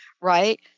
right